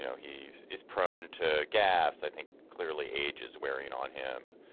know, he is prone to gaffes. i think clearly age is wearing on him.